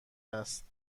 است